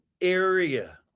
area